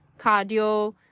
cardio